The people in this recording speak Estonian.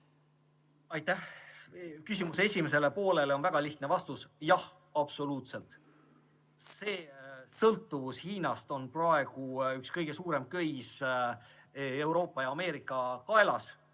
Aitäh! Küsimuse esimesele poolele on väga lihtne vastus: jah, absoluutselt! Sõltuvus Hiinast on praegu üks kõige suuremaid köisi Euroopa ja Ameerika kaelas